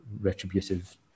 retributive